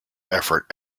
effort